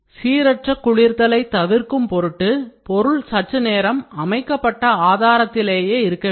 சீரற்ற குளிர்தலை தவிர்க்கும் பொருட்டு பொருள் சற்றுநேரம் அமைக்கப்பட்ட ஆதாரத்திலேயே இருக்க வேண்டும்